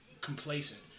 complacent